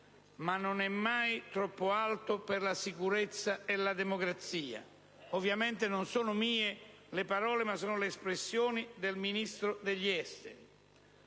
«ma non è mai troppo alto per la sicurezza e la democrazia»; ovviamente, non sono parole mie, ma sono le espressioni del Ministro degli affari